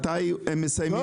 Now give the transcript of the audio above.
מתי הם מסיימים את העבודה?